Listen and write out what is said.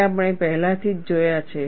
જે આપણે પહેલાથી જ જોયા છે